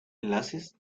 enlaces